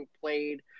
played